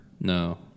No